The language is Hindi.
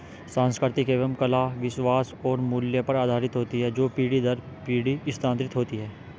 संस्कृति एवं कला विश्वास और मूल्य पर आधारित होती है जो पीढ़ी दर पीढ़ी स्थानांतरित होती हैं